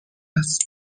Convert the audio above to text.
است